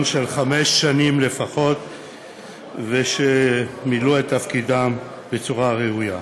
של חמש שנים לפחות ושמילאו את תפקידם בצורה ראויה.